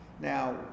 Now